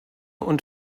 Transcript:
und